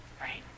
Right